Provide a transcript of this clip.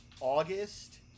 August